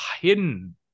hidden